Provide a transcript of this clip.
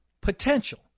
potential